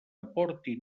aporti